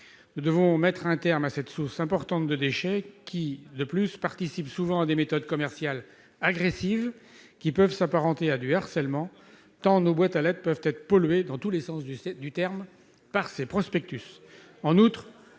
Nous devons mettre un terme à cette source importante de déchets, qui, de plus, participent souvent de méthodes commerciales agressives pouvant s'apparenter à du harcèlement, tant nos boîtes aux lettres peuvent être polluées, dans tous les sens du terme, par ces prospectus. En outre,